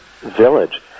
village